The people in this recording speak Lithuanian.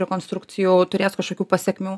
rekonstrukcijų turės kažkokių pasekmių